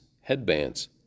headbands